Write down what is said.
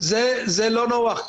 זה לא נוח.